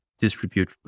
distribute